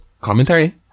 Commentary